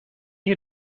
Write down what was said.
you